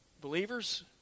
Believers